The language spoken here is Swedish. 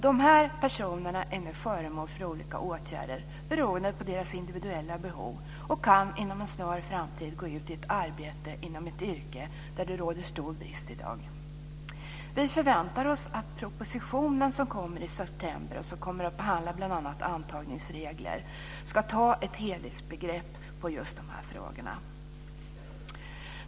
De här personerna är nu föremål för olika åtgärder, beroende på deras individuella behov, och kan inom en snar framtid gå ut i arbete inom ett yrke där det råder stor brist i dag. Vi förväntar oss att propositionen som kommer i september och som kommer att behandla bl.a. antagningsregler ska ta ett helhetsgrepp på just de här frågorna.